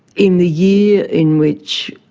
in the year in which,